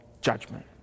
judgment